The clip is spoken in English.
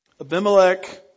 Abimelech